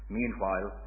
meanwhile